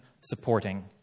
supporting